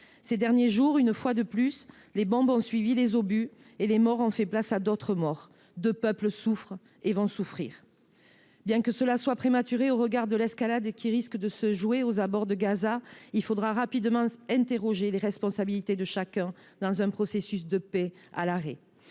Ces derniers jours, une fois de plus, les bombes ont suivi les obus, des morts ont suivi d’autres morts ; deux peuples souffrent et vont souffrir. Bien que ces considérations soient prématurées au regard de l’escalade à laquelle nous risquons d’assister aux abords de Gaza, il faudra rapidement interroger les responsabilités de chacun dans un processus de paix à l’arrêt.